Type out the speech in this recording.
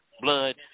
blood